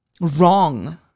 wrong